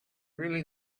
really